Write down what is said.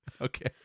Okay